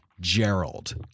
Gerald